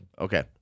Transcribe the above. okay